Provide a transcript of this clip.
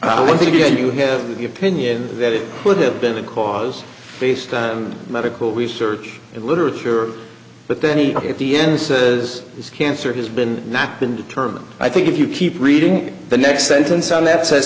think you have the opinion that it would have been a cause based on medical research literature but then he at the end says his cancer has been not been determined i think if you keep reading the next sentence on that says